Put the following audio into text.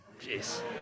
Jeez